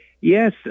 Yes